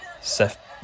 Seth